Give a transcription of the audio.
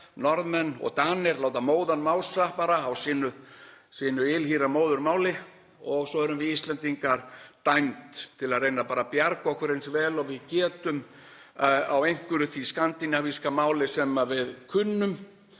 Norðmenn og Danir láta móðan mása á sínu ylhýra móðurmáli og svo erum við Íslendingar dæmd til að reyna að bjarga okkur eins vel og við getum á einhverju því skandinavíska máli sem við kunnum